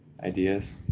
ideas